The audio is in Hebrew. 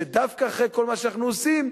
שדווקא אחרי כל מה שאנחנו עושים,